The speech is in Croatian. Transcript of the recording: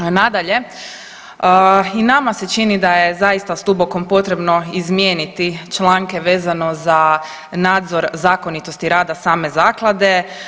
Nadalje, i nama se čini da je zaista stubokom potrebno izmijeniti članke vezano za nadzor zakonitosti rada same zaklade.